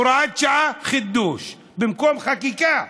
הוראת שעה, חידוש, במקום חקיקה.